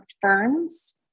ferns